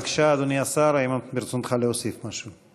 בבקשה, אדוני השר, האם ברצונך להוסיף משהו?